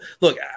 look